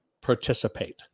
participate